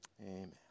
Amen